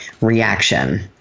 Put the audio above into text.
reaction